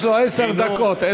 יש לו עשר דקות.